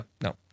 no